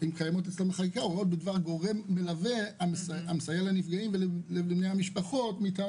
בדבר גורם מלווה המסייע לנפגעים ולמשפחות מטעם